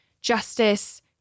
justice